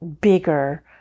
bigger